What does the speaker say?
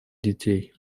детей